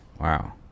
Wow